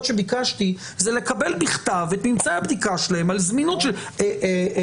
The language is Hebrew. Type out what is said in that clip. שביקשתי הן לקבל בכתב את פרטי הבדיקה שלהם על הזמינות שלהם.